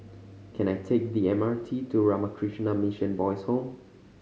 can I take the M R T to Ramakrishna Mission Boys' Home